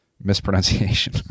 mispronunciation